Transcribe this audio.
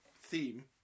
theme